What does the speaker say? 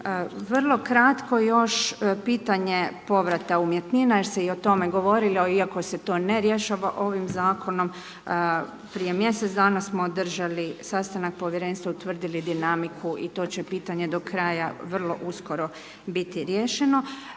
Vrlo kratko još pitanje povrata umjetnina jer se i o tome govorilo, iako se to ne rješava ovim zakonom. Prije mjesec dana smo održali sastanak povjerenstva, utvrdili dinamiku i to će pitanje do kraja vrlo uskoro biti riješeno.